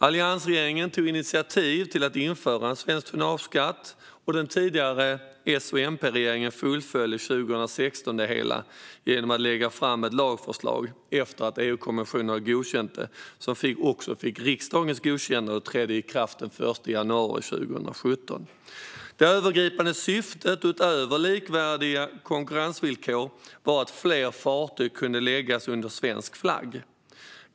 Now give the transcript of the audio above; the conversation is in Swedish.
Alliansregeringen tog initiativ till att införa en svensk tonnageskatt, och den tidigare S-MP-regeringen fullföljde 2016 det hela genom att lägga fram ett lagförslag efter att EU-kommissionen hade godkänt det. Det fick också riksdagens godkännande och trädde i kraft den 1 januari 2017. Det övergripande syftet, utöver likvärdiga konkurrensvillkor, var att fler fartyg kunde läggas under svensk flagg.